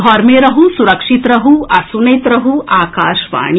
घर मे रहू सुरक्षित रहू आ सुनैत रहू आकाशवाणी